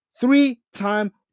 Three-time